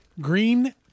Green